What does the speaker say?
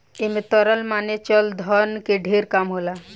ऐमे तरल माने चल धन के ढेर काम होला